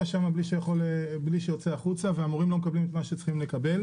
שם בלי שהוא יוצא החוצה ומורי הדרך לא מקבלים את מה שהם צריכים לקבל.